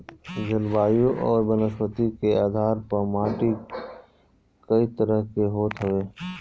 जलवायु अउरी वनस्पति के आधार पअ माटी कई तरह के होत हवे